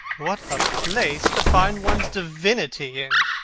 what a place to find one's divinity in!